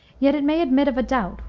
yet it may admit of a doubt,